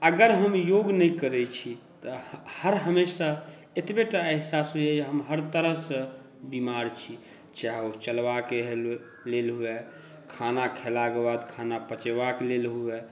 अगर हम योग नहि करैत छी तऽ हर हमेशा एतबय टा एहसास होइए हम हर तरहसँ बीमार छी चाहे ओ चलबाके लेल हुए खाना खेलाके बाद खाना पचेबाक लेल हुए